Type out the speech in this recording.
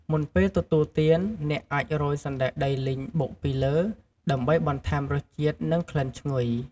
មុនពេលទទួលទាន អ្នកអាចរោយ សណ្ដែកដីលីងបុកពីលើ ដើម្បីបន្ថែមរសជាតិ និងក្លិនឈ្ងុយ។